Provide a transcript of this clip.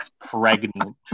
pregnant